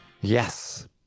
Yes